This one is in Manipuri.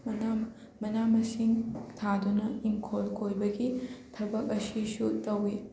ꯃꯅꯥ ꯃꯅꯥ ꯃꯁꯤꯡ ꯊꯥꯗꯨꯅ ꯏꯪꯈꯣꯜ ꯀꯣꯏꯕꯒꯤ ꯊꯕꯛ ꯑꯁꯤꯁꯨ ꯇꯧꯋꯤ